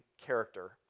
character